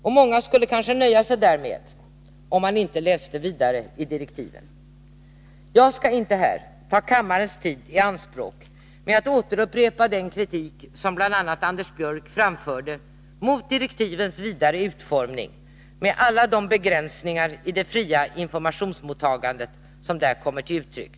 Och många skulle kanske nöja sig därmed, om maninte läste vidare i direktiven. Jag skall inte här ta kammarens tid i anspråk med att upprepa den kritik som bl.a. Anders Björck framförde mot direktivens vidare utformning med alla de begränsningar i det fria informationsmottagandet som där kommer till uttryck.